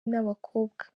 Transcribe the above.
n’abakobwa